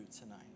tonight